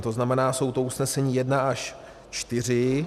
To znamená, jsou to usnesení 1 až 4.